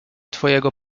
twojego